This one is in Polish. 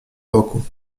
boku